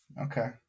Okay